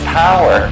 power